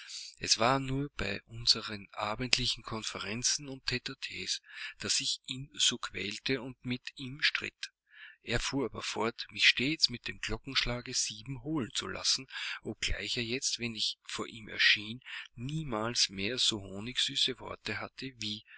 es war nur bei unseren abendlichen konferenzen und tte ttes daß ich ihn so quälte und mit ihm stritt er fuhr aber fort mich stets mit dem glockenschlage sieben holen zu lassen obgleich er jetzt wenn ich vor ihm erschien niemals mehr so honigsüße warte hatte wie